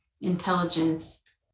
intelligence